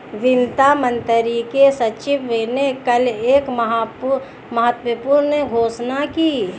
वित्त मंत्री के सचिव ने कल एक महत्वपूर्ण घोषणा की